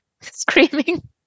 screaming